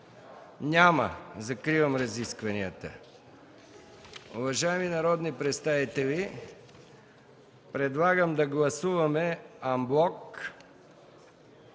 Няма. Закривам разискванията. Уважаеми народни представители, предлагам да гласуваме анблок